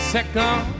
Second